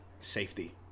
safety